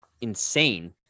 insane